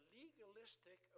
legalistic